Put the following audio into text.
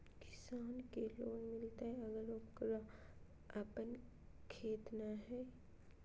किसान के लोन मिलताय अगर ओकरा पास अपन खेत नय है?